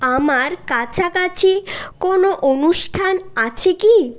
আমার কাছাকাছি কোনো অনুষ্ঠান আছে কি